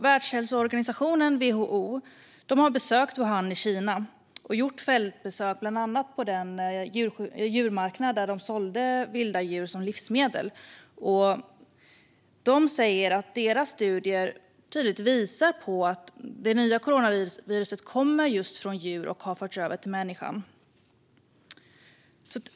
Världshälsoorganisationen, WHO, har besökt Wuhan i Kina och gjort fältbesök bland annat på den djurmarknad där man sålde vilda djur som livsmedel. De säger att deras studier tydligt visar att det nya coronaviruset kommer från just djur och har förts över till människan.